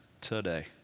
today